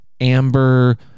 Amber